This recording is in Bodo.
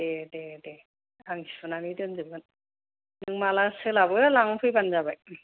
दे दे दे आं सुनानै दोनजोबगोन नों माब्ला सोलाबो लांनो फैब्लानो जाबाय